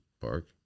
Park